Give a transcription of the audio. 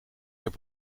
heb